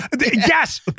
Yes